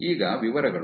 ಈಗ ವಿವರಗಳು